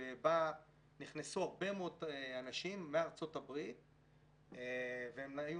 שבה נכנסו הרבה מאוד אנשים מארה"ב והם היו